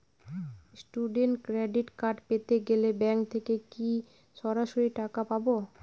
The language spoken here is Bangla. স্টুডেন্ট ক্রেডিট কার্ড পেতে গেলে ব্যাঙ্ক থেকে কি সরাসরি টাকা পাবো?